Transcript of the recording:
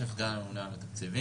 ונקווה שנוכל להתקדם